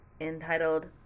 entitled